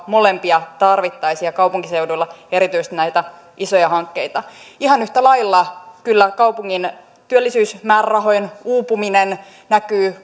molempia tarvittaisiin ja kaupunkiseuduilla erityisesti näitä isoja hankkeita ihan yhtä lailla kyllä kaupungin työllisyysmäärärahojen uupuminen näkyy